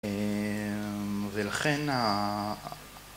ולכן ה...